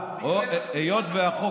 זה דבר אחד.